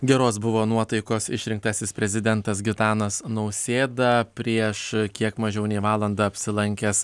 geros buvo nuotaikos išrinktasis prezidentas gitanas nausėda prieš kiek mažiau nei valandą apsilankęs